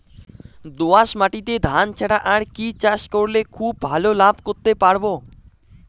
দোয়াস মাটিতে ধান ছাড়া আর কি চাষ করলে খুব ভাল লাভ করতে পারব?